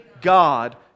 God